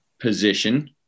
position